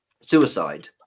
suicide